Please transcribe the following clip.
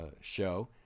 show